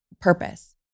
purpose